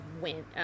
win